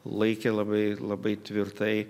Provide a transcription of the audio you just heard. laikė labai labai tvirtai